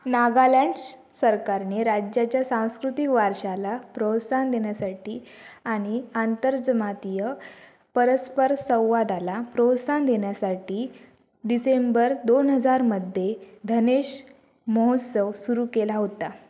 नागालँड सरकारने राज्याच्या सांस्कृतिक वारशाला प्रोत्साहन देण्यासाठी आणि आंतरजमातीय परस्परसंवादाला प्रोत्साहन देण्यासाठी डिसेंबर दोन हजारमध्ये धनेश महोत्सव सुरू केला होता